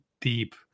deep